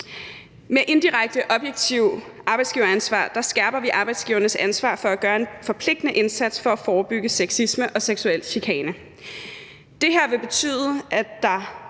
Med indirekte objektivt arbejdsgiveransvar skærper vi arbejdsgivernes ansvar for at gøre en forpligtende indsats for at forebygge sexisme og seksuel chikane.